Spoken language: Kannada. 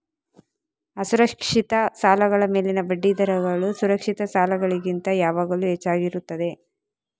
ಅಸುರಕ್ಷಿತ ಸಾಲಗಳ ಮೇಲಿನ ಬಡ್ಡಿ ದರಗಳು ಸುರಕ್ಷಿತ ಸಾಲಗಳಿಗಿಂತ ಯಾವಾಗಲೂ ಹೆಚ್ಚಾಗಿರುತ್ತದೆ